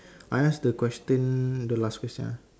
I ask the question the last question ah